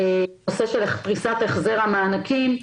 גם הנושא של פריסת החזר המענקים.